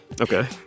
Okay